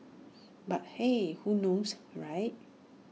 but hey who knows right